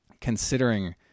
considering